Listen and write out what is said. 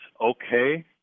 okay